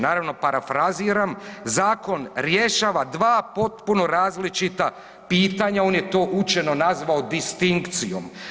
Naravno, parafraziram, zakon rješava 2 potpuno različita pitanja, on je to učeno nazvao distinkcijom.